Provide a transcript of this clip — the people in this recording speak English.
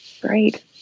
Great